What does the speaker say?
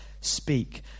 speak